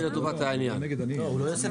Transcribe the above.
הצבעה ההסתייגות לא אושרה.